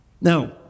Now